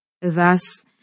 Thus